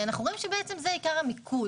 אנחנו רואים שזה בעיקר המיקוד.